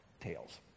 tails